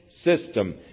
system